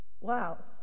Wow